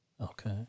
Okay